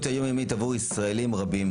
עבור ישראלים רבים,